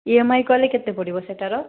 E M I କଲେ କେତେ ପଡ଼ିବ ସେଇଟାର